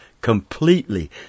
completely